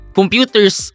computers